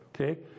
Okay